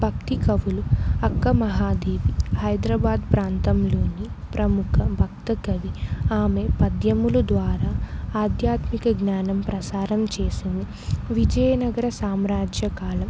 భక్త కవులు అక్క మహాదేవి హైదరాబాద్ ప్రాంతంలోని ప్రముఖ భక్త కవి ఆమె పద్యములు ద్వారా ఆధ్యాత్మిక జ్ఞానం ప్రసారం చేసింది విజయనగర సామ్రాజ్య కాలం